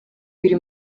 biri